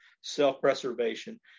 self-preservation